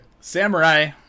Samurai